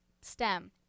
STEM